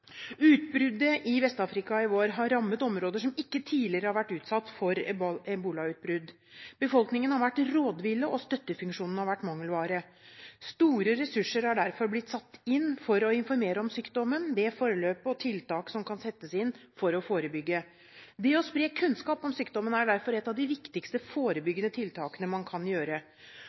Utbruddet i Vest-Afrika i vår har rammet områder som ikke tidligere har vært utsatt for ebolautbrudd. Befolkningen har vært rådvill, og støttefunksjoner har vært mangelvare. Store ressurser har derfor blitt satt inn for å informere om sykdommen, dens forløp og tiltak som kan settes inn for å forebygge. Det å spre kunnskap om sykdommen er derfor et av de viktigste forebyggende tiltakene man kan gjøre.